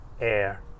air